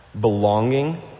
Belonging